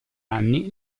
anni